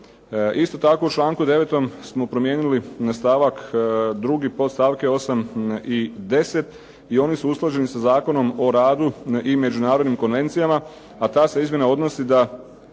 Isto tako u članku 9. smo promijenili stavak 2. podstavke 8. i 10. i oni su usklađeni sa Zakonom o radu i međunarodnim konvencijama, a to se izmjena odnosi da